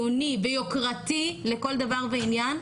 חיוני ויוקרתי לכל דבר ועניין,